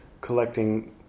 collecting